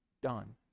done